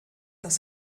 das